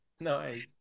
nice